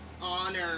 honor